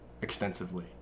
extensively